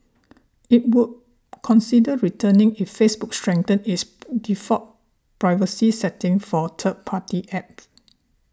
it would consider returning if Facebook strengthens its default privacy settings for third party apps